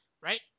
right